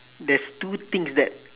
there's two things that